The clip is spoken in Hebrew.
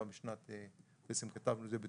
לכן, הרחבת החוק לשטחים פתוחים זה משהו שנדרש.